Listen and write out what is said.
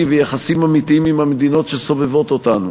ויחסים אמיתיים עם המדינות שסובבות אותנו,